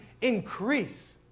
increase